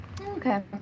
Okay